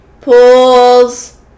pools